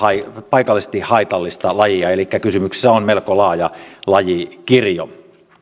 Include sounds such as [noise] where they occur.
[unintelligible] tai paikallisesti haitallista lajia elikkä kysymyksessä on melko laaja lajikirjo